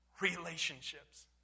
relationships